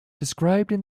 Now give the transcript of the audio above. described